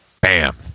Bam